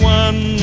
one